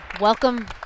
welcome